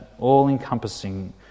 all-encompassing